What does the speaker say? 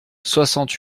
soixante